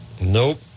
Nope